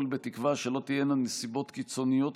לפיכך אני קובע שהצעת חוק אנשי צבא דרום לבנון ומשפחותיהם (תיקון),